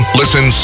listen